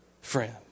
friend